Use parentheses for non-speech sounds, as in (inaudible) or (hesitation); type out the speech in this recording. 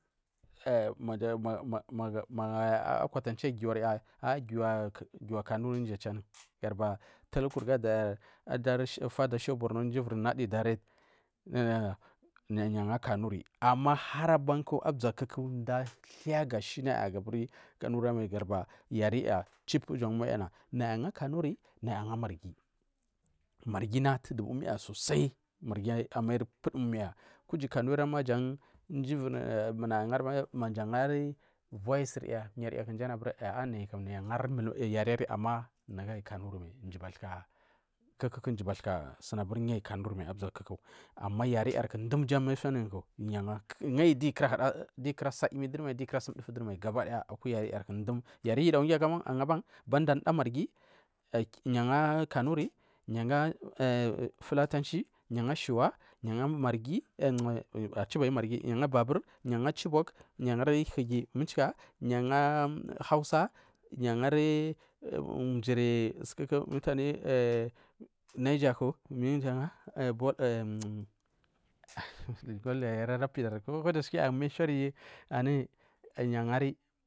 Ea mama mama kniatanchi giniarya aguwa kanuri mji a chu anun (noise) gadubai mtukurgu adadayar (noise) ar fadari shehu borno mu vir mdu mji andari direct naya anga kanuri amma hanbanku azakuku da shinaya ga shaga kanuri mal yariya chup jan umiya naya angari kanuri naya angari marghi marghina tutubu umiya sosai amairi pudum umiya kusu kanuri ma mji virnu maji vioduyar naikam angari yariri alkanurimai mjibathuka anu mji bathuka suni aburi yu alkanuri mal ama yariyarku dum giu amentionuri ku yu anga aiyi diu kura sa’a emi durmai gul kura sumdufu durimal aku yariyarku dum yari yudagu gul agaban banda unda marghi yu anga kanuri yu anga fulatanche yu anga shawa marghi a’a chubaryu marghi yu anga babur yu anga chibok yu angora hige michika yu anga hausa yu angari mjiri sukuku mutane (hesitation) niger ku (unintelligible) (hesitation) (noise) kodushika a mention yu angari.